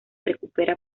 recupera